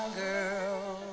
girl